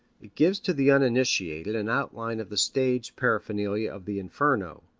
it gives to the uninitiated an outline of the stage paraphernalia of the inferno.